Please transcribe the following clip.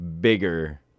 bigger